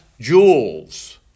jewels